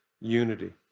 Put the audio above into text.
unity